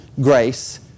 grace